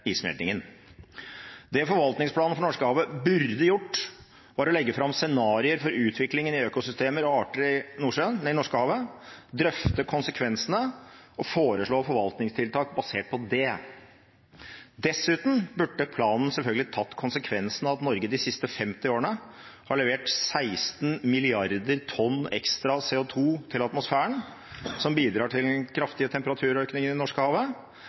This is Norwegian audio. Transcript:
forvaltningsplanen for Norskehavet burde gjort, var å legge fram scenarioer for utviklingen i økosystemer og arter i Norskehavet, drøfte konsekvensene og foreslå forvaltningstiltak basert på det. Dessuten burde planen selvfølgelig tatt konsekvensen av at Norge de siste 50 årene har levert 16 milliarder tonn ekstra CO 2 til atmosfæren, som bidrar til den kraftige temperaturøkningen i